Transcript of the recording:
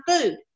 food